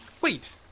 Wait